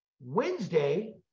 Wednesday